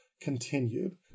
continued